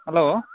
hello